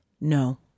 No